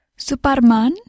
Suparman